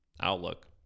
outlook